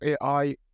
AI